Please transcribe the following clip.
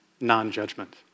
non-judgment